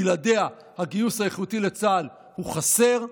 בלעדיה הגיוס האיכותי לצה"ל הוא חסר.